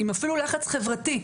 אפילו עם לחץ חברתי,